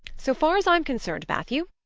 so far as i'm concerned, matthew,